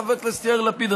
חבר הכנסת יאיר לפיד,